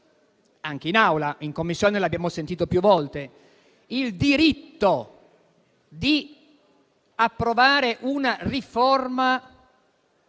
anche in Aula, e in Commissione lo abbiamo sentito più volte - di approvare una riforma